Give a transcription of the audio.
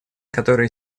которые